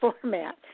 format